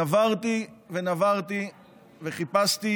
נברתי ונברתי וחיפשתי